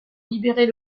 libérer